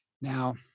Now